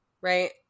right